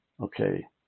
okay